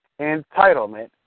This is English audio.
entitlement